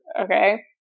okay